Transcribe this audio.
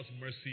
mercy